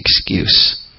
excuse